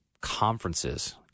conferences